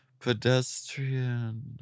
Pedestrian